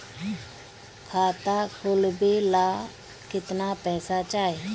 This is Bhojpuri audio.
खाता खोलबे ला कितना पैसा चाही?